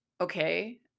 Okay